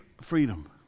freedom